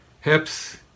hips